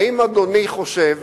האם אדוני חושב,